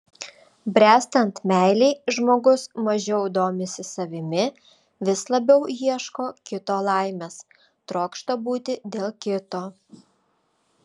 bręstant meilei žmogus mažiau domisi savimi vis labiau ieško kito laimės trokšta būti dėl kito